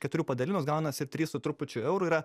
keturių padalinus gaunasi trys su trupučiu eurų yra